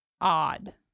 odd